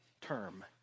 term